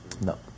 No